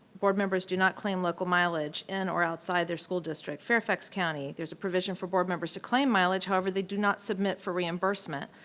board members do not claim local mileage in our outside their school district. fairfax county. there's a provision for board members to claim mileage, however, they do not submit for reimbursement.